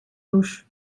już